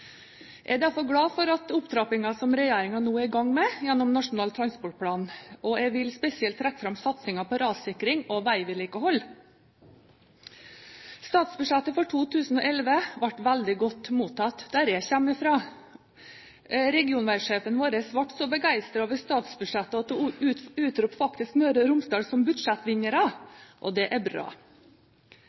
Jeg er derfor glad for opptrappingen som regjeringen nå er i gang med gjennom Nasjonal transportplan, og jeg vil spesielt trekke fram satsingen på rassikring og veivedlikehold. Statsbudsjettet for 2011 ble veldig godt mottatt der jeg kommer fra. Regionveisjefen vår ble så begeistret over statsbudsjettet at hun faktisk utropte Møre og Romsdal som budsjettvinnere. Det er bra!